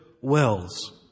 wells